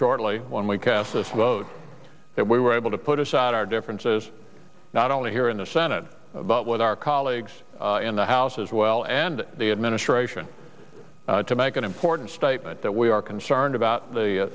shortly when we cast this vote that we were able to put aside our differences not only here in the senate but with our colleagues in the house as well and the administration to make an important statement that we are concerned about the